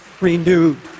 renewed